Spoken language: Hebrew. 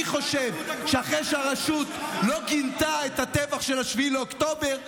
אני חושב שאחרי שהרשות לא גינתה את הטבח של 7 באוקטובר,